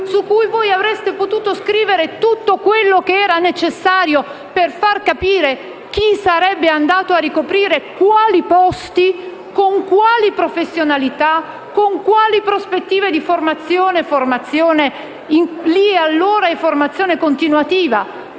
su cui avreste potuto scrivere tutto quello che era necessario per far capire chi sarebbe andato a ricoprire quali posti, con quali professionalità, con quali prospettive di formazione (formazione continuativa